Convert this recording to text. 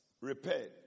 repaired